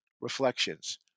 reflections